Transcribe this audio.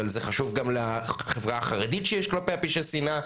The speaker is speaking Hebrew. אבל זה חשוב גם לחברה החרדית שיש כלפי פשעי שנאה,